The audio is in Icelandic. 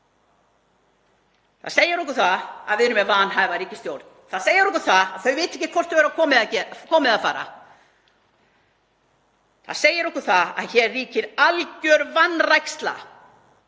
Það segir okkur að við erum með vanhæfa ríkisstjórn. Það segir okkur að þau vita ekki hvort þau eru að koma eða fara. Það segir okkur að hér ríkir alger vanræksla